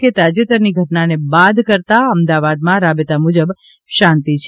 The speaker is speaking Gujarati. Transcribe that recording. કે તાજેતરની ઘટનાને બાદ કરતા અમદાવાદમાં રાબેત મુજબ શાંતિ છે